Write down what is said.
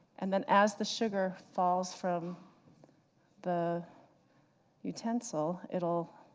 and then as the sugar falls from the utensil, it'll